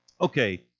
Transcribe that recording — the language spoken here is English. okay